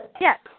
Yes